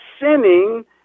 sinning